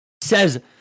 says